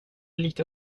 lika